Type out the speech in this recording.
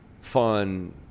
fun